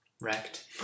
wrecked